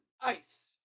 ice